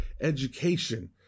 education